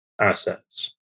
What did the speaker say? Assets